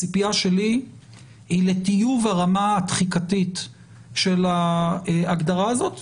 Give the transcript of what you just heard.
הציפייה שלי היא לטיוב הרמה התחיקתית של ההגדרה הזאת.